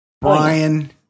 Brian